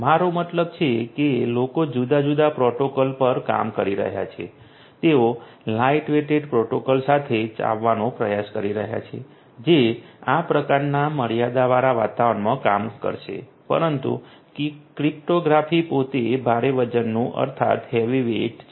મારો મતલબ છે કે લોકો જુદા જુદા પ્રોટોકોલો પર કામ કરી રહ્યા છે તેઓ લાઇટવેઇટ પ્રોટોકોલ સાથે આવવાનો પ્રયાસ કરી રહ્યા છે જે આ પ્રકારના મર્યાદાવાળા વાતાવરણમાં કામ કરશે પરંતુ ક્રિપ્ટોગ્રાફી પોતે ભારે વજનનું અર્થાત હેવીવેઇટ છે